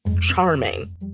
charming